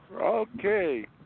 Okay